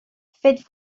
faites